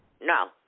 No